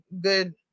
good